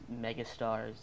megastars